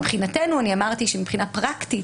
מבחינתנו, אני אמרתי שמבחינה פרקטית,